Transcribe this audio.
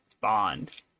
Bond